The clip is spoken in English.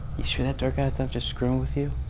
you sure that dirk guy's not just screwing with you?